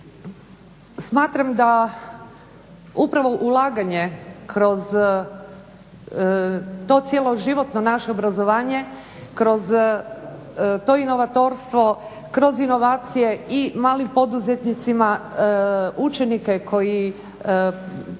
Smatram da upravo ulaganje kroz to cijeloživotno naše obrazovanje, kroz to inovatorstvo, kroz inovacije i malim poduzetnicima učenike koji naukuju